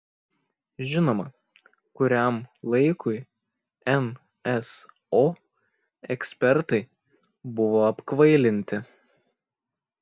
žinoma kuriam laikui nso ekspertai buvo apkvailinti